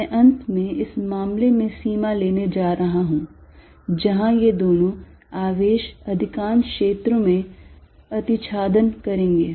मैं अंत में इस मामले में सीमा लेने जा रहा हूं जहां ये दोनों आवेश अधिकांश क्षेत्रों में अतिछादन करेंगे